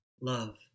love